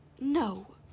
No